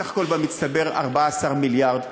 בסך הכול, במצטבר, 14 מיליארד,